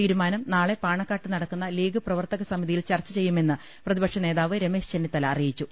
തീരുമാനം നാളെ പാണക്കാട്ട് നടക്കുന്ന ലീഗ് പ്രവർത്തക സമിതിയിൽ ചർച്ച ചെയ്യുമെന്ന് പ്രതിപക്ഷ നേതാവ് രമേശ് ചെന്നിത്തല അറിയിച്ചു